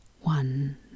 one